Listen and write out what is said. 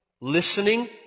listening